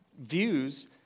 views